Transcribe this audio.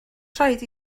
rhaid